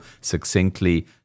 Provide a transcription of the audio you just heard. succinctly